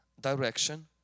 direction